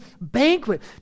banquet